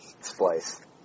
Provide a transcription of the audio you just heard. Splice